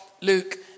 Luke